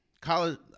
college